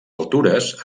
altures